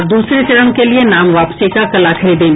और दूसरे चरण के लिये नाम वापसी का कल आखिरी दिन